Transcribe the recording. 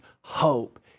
hope